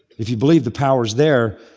if you believe the power's there,